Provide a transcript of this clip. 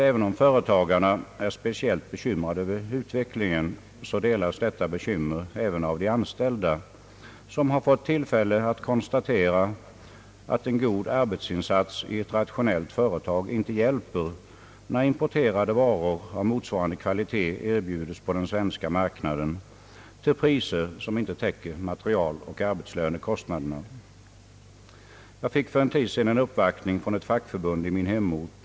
Även om företagarna är speciellt bekymrade över utvecklingen, delas detta bekymmer av de anställda, som har fått tillfälle att konstatera att en god arbetsinsats i ett rationellt företag inte hjälper när importerade varor av motsvarande kvalitet erbjudes på den svenska marknaden till priser som inte täcker materialoch arbetslönekostnader. Jag fick för en tid sedan en förfrågan från ett fackförbund i min hemort.